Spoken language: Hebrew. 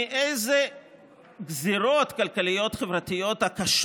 מאילו גזרות כלכליות חברתיות קשות